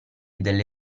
delle